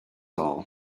all